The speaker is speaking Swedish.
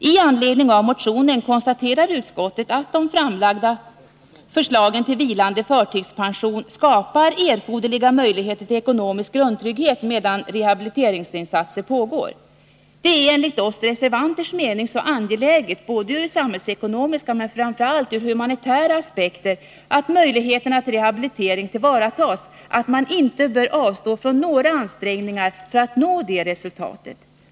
I anledning av motionen konstaterar utskottet att det framlagda förslaget till vilande förtidspension skapar erforderliga möjligheter till ekonomisk grundtrygghet medan rehabiliteringsinsatser pågår. Det är enligt vår mening som reservanter så angeläget — ur samhällsekonomiska men framför allt ur humanitära aspekter — att möjligheterna till rehabilitering tillvaratas att man inte bör avstå från några ansträngningar för att nå detta resultat.